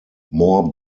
more